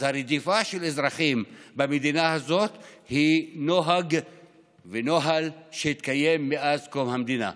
הרדיפה של האזרחים במדינה הזאת היא נוהג ונוהל שהתקיים מאז קום המדינה.